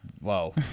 Whoa